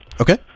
Okay